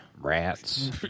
rats